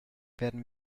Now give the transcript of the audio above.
werden